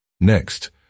Next